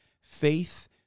faith